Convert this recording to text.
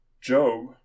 Job